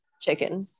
chicken